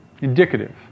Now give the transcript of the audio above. indicative